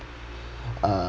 uh